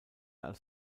als